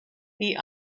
die